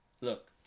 Look